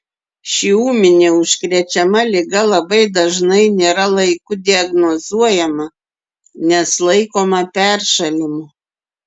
ši ūminė užkrečiama liga labai dažnai nėra laiku diagnozuojama nes laikoma peršalimu